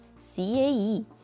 CAE